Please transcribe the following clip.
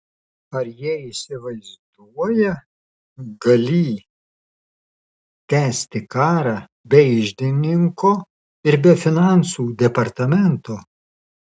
ar jie įsivaizduoją galį tęsti karą be iždininko ir be finansų departamento